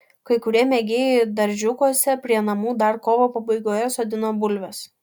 kai kurie mėgėjai daržiukuose prie namų dar kovo pabaigoje sodino bulves